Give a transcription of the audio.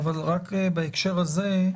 אבל רק בהקשר הזה,